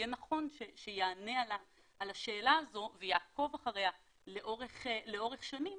יהיה נכון שהוא יענה על השאלה הזאת ויעקוב אחריה לאורך שנים